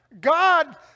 God